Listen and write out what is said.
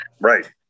Right